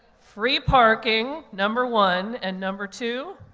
free parking, number one. and number two,